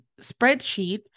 spreadsheet